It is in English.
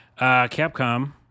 Capcom